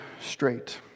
straight